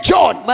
John